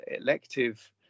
elective